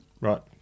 Right